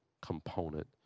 component